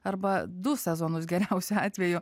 arba du sezonus geriausiu atveju